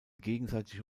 gegenseitige